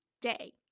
day